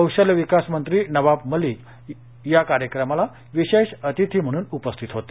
कौशल्य विकास मंत्री नवाब मलिक या कार्यक्रमाला विशेष अतिथी म्हणून उपस्थित होते